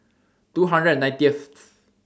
two hundred and ninetieth